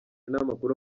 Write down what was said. n’amakuru